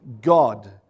God